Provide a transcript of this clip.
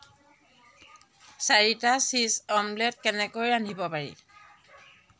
চাৰিটা cheese omelette কেনেকৈ ৰান্ধিব পাৰি